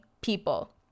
people